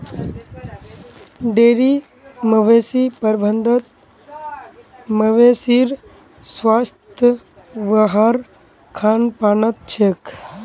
dairy मवेशी प्रबंधत मवेशीर स्वास्थ वहार खान पानत छेक